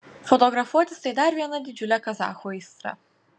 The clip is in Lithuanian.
fotografuotis tai dar viena didžiulė kazachų aistra